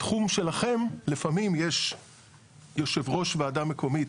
בתחום שלכם לפעמים יש יושב ראש וועדה מקומית,